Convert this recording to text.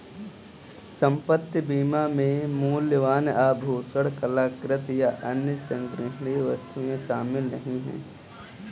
संपत्ति बीमा में मूल्यवान आभूषण, कलाकृति, या अन्य संग्रहणीय वस्तुएं शामिल नहीं हैं